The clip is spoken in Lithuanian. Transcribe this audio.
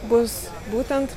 bus būtent